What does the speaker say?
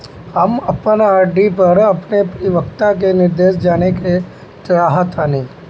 हम अपन आर.डी पर अपन परिपक्वता निर्देश जानेके चाहतानी